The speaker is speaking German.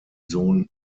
sohn